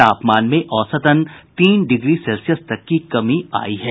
तापमान में औसतन तीन डिग्री तक सेल्सियस की कमी आयी है